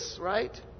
right